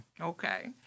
Okay